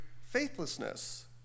faithlessness